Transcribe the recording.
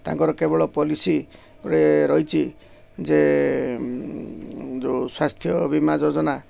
ତାଙ୍କର କେବଳ ପଲିସିରେ ରହିଛି ଯେ ଯୋଉ ସ୍ୱାସ୍ଥ୍ୟ ବୀମା ଯୋଜନା